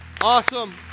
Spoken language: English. Awesome